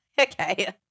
Okay